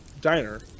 diner